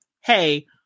hey